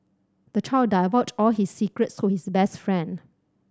the child divulged all his secrets to his best friend